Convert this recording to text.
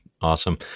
awesome